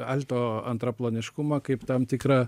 alto antraplaniškumą kaip tam tikrą